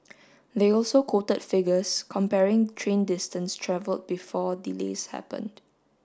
they also quoted figures comparing train distance travelled before delays happened